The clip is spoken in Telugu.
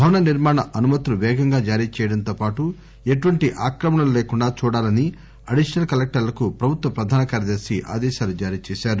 భవన నిర్మాణ అనుమతులు వేగంగా జారీ చేయడంతో పాటు ఎటువంటి ఆక్రమణలు లేకుండా చూడాలని అడిషనల్ కలెక్టర్లకు ప్రభుత్వ ప్రధాన కార్యదర్ని ఆదేశాలు జారీ చేశారు